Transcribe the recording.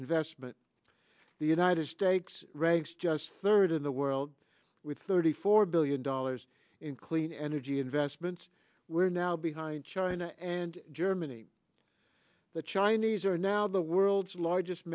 investment the united akes ranks just third in the world with thirty four billion dollars in clean energy investments we're now behind china and germany the chinese are now the world's largest